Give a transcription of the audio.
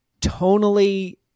tonally